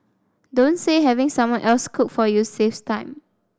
don't say having someone else cook for you saves time